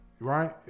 Right